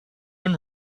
and